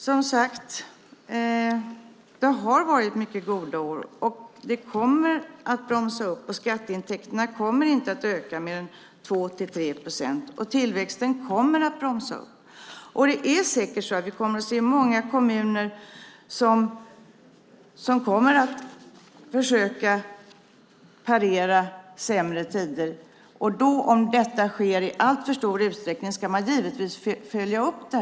Herr talman! Det har som sagt varit mycket goda år. Det kommer att bromsa upp, och skatteintäkterna kommer inte att öka med mer än 2-3 procent. Tillväxten kommer att bromsa upp. Vi kommer säkert att se många kommuner som kommer att försöka parera sämre tider. Om detta sker i alltför stor utsträckning ska man givetvis följa upp det.